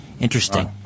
Interesting